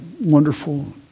wonderful